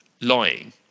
lying